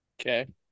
Okay